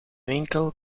winkel